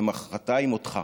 ומוחרתיים אותך,